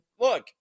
look